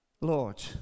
Lord